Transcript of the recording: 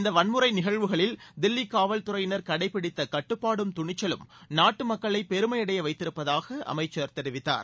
இந்த வன்முறை நிகழ்வுகளில் தில்லி காவல்துறையினர் கடைபிடித்த கட்டுப்பாடும் துணிச்சலும் நாட்டு மக்களை பெருமை அடைய வைத்திருப்பதாக அமைச்சர் தெரிவித்தார்